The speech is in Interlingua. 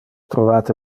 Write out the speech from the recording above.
trovate